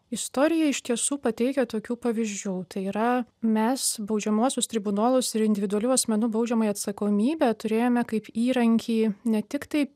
istorija iš tiesų pateikia tokių pavyzdžių tai yra mes baudžiamuosius tribunolus ir individualių asmenų baudžiamąją atsakomybę turėjome kaip įrankį ne tik tai